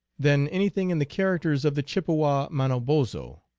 than anything in the characters of the chippewa mano bozho,